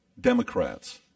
Democrats